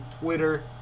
Twitter